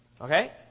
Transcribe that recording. Okay